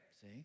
See